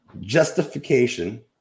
Justification